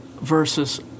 versus